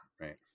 Right